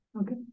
Okay